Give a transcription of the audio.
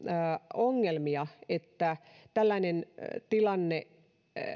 ongelmia että tällainen tilanne